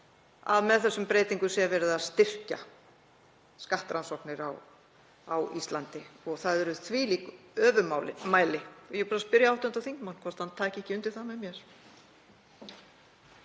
að með þessum breytingum sé verið að styrkja skattrannsóknir á Íslandi. Það eru þvílík öfugmæli. Ég vil bara spyrja hv. þingmann hvort hann taki ekki undir það með mér.